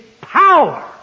power